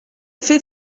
fait